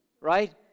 right